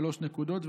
שלוש נקודות,